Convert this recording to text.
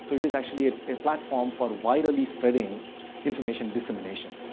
so it is actually ah a platform for widely spreading information dissemination.